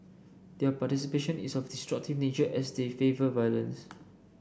their participation is of destructive nature as they favour violence